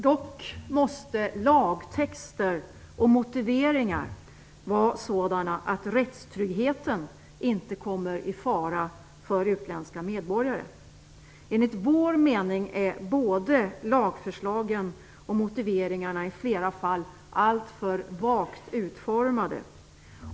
Dock måste lagtexter och motiveringar vara sådana att rättstryggheten inte kommer i fara för utländska medborgare. Enligt vår mening är både lagförslagen och motiveringarna i flera fall alltför vagt utformade.